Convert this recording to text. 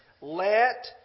Let